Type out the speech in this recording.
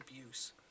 abuse